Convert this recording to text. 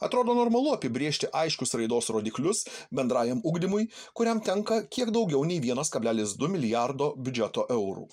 atrodo normalu apibrėžti aiškius raidos rodiklius bendrajam ugdymui kuriam tenka kiek daugiau nei vienas kablelis du milijardo biudžeto eurų